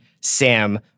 Sam